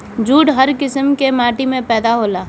jute हर किसिम के माटी में पैदा होला